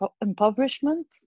impoverishment